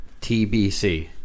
TBC